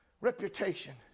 reputation